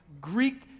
Greek